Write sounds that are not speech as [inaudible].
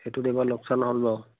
সেইটো [unintelligible] লোকচান হ'ল বাৰু